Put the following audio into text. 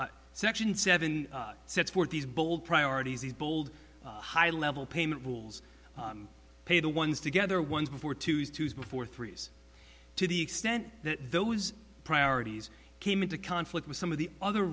section seven sets forth these bold priorities bold high level payment rules pay the ones together ones before tuesday before threes to the extent that those priorities came into conflict with some of the other